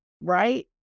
Right